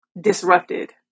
disrupted